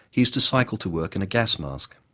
he used to cycle to work in a gas mask.